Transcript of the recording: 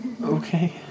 Okay